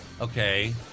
Okay